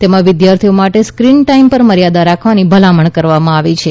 તેમાં વિદ્યાર્થીઓ માટે સ્ક્રીન ટાઇમ પર મર્યાદા રાખવાની ભલામણ કરવામાં આવી છે